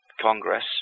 Congress